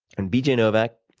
and b. j. novak,